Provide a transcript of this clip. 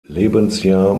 lebensjahr